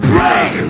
Break